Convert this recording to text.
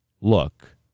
look